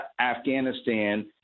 Afghanistan